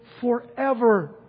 forever